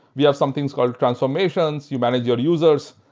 we have something called transformations. you manage your users.